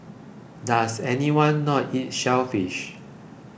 does anyone not eat shellfish